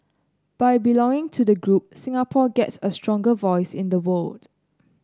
by belonging to the group Singapore gets a stronger voice in the world